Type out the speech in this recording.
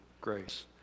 grace